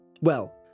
Well